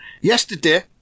Yesterday